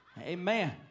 Amen